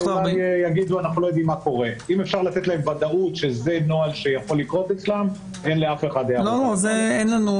אם אפשר לתת להם ודאות שזה נוהל שיכול לקרות - לאף אחד אין הערות.